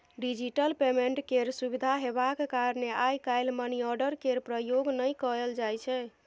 digital payment केर सुविधा हेबाक कारणेँ आइ काल्हि मनीआर्डर केर प्रयोग नहि कयल जाइ छै